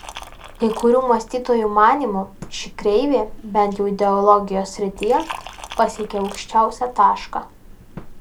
kai kurių mąstytojų manymu ši kreivė bent jau ideologijos srityje pasiekė aukščiausią tašką